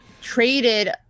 traded